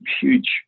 huge